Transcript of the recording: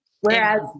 Whereas